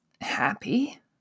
happy